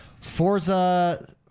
forza